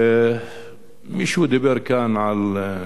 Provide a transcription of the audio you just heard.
מישהו דיבר כאן על פחד